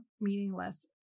meaningless